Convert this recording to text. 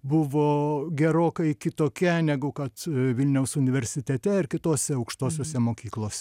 buvo gerokai kitokia negu kad vilniaus universitete ar kitose aukštosiose mokyklos